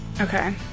Okay